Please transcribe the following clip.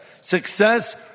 Success